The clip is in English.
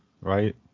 right